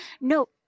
No